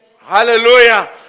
Hallelujah